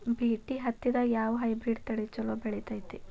BT ಹತ್ತಿದಾಗ ಯಾವ hybrid ತಳಿ ಛಲೋ ಬೆಳಿತೈತಿ?